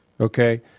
okay